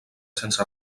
sense